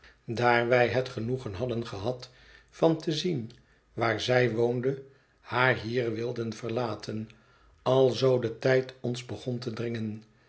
wij het genoegen hadden gehad van te zien waar zij woonde haar hier wilden verlaten alzoo de tijd ons begon te dringen